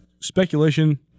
speculation